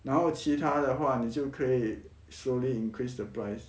然后其他的话你就可以 slowly increase the price